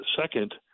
second